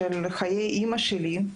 בשנה האחרונה של חיי אימא שלי,